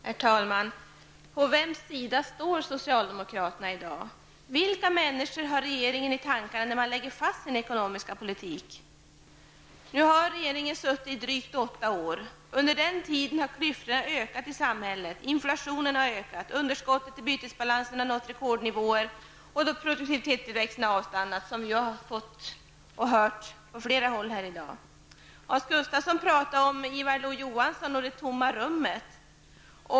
Herr talman! På vems sida står socialdemokraterna i dag? Vilka människor har regeringen i tankarna när den lägger fast sin ekonomiska politik? Nu har regeringen suttit i drygt åtta år. Under den tiden har klyftorna ökat i samhället. Inflationen har ökat, underskottet i bytesbalansen har nått rekordnivåer och produktivitetstillväxten har, som vi har hört från flera håll här i dag, avstannat. Hans Gustafsson talade om Ivar Lo-Johansson och det tomma rummet.